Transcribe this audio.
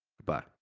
goodbye